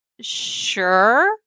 sure